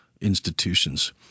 institutions